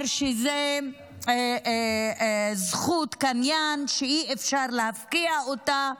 שזו זכות קנויה שאי-אפשר להפקיע אותה.